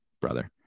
brother